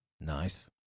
Nice